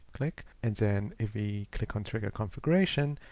click and then if we click on trigger configuration,